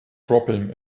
dropping